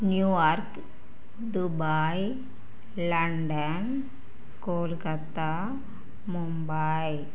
new York Dubai London Kolkata Mumbai